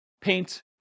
paint